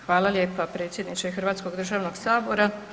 Hvala lijepa, predsjedniče Hrvatskog državnog sabora.